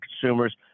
consumers